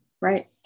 right